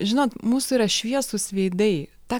žinot mūsų yra šviesūs veidai ta